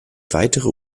weitere